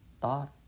thought